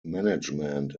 management